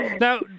Now